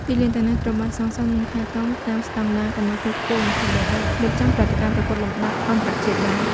ទីលានទាំងនេះត្រូវបានសាងសង់ និងថែទាំតាមស្តង់ដារគុណភាពខ្ពស់បំផុត ដែលអាចរៀបចំព្រឹត្តិការណ៍ប្រកួតលំដាប់អន្តរជាតិបាន។